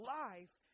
life